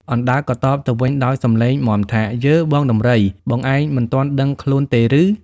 អណ្ដើកក៏តបទៅវិញដោយសំឡេងមាំថា៖ "យើ! បងដំរី បងឯងមិនទាន់ដឹងខ្លួនទេឬ?